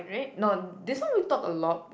no this one we talk a lot